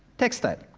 textile.